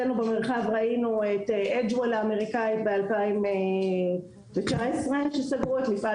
אצלנו במרחב ראינו את האמריקאית שסגרו את מפעל